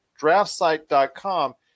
draftsite.com